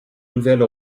nouvelle